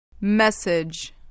Message